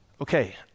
Okay